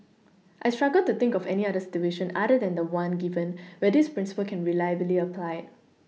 I struggle to think of any other situation other than the one given where this Principle can be reliably applied